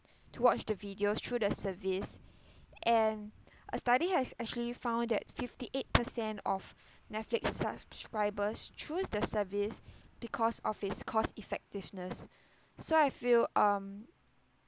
to watch the videos through the service and a study has actually found that fifty eight per cent of Netflix subscribers choose the service because of its cost-effectiveness so I feel um